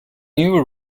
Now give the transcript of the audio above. newer